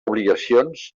obligacions